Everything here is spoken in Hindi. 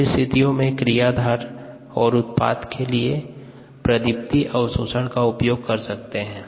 कुछ स्थितियों में क्रियाधार और उत्पाद के लिए प्रतिदीप्त अवशोषण का उपयोग कर सकते हैं